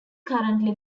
currently